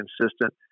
consistent